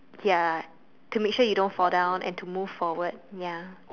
ya to make sure you don't fall down and to move forward ya